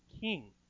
king